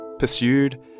Pursued